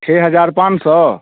छः हज़ार पाँच सौ